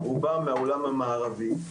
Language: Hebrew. רובם מהעולם המערבי.